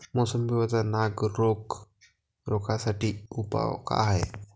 मोसंबी वरचा नाग रोग रोखा साठी उपाव का हाये?